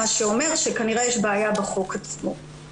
מה שאומר שכנראה יש בעיה בחוק עצמו.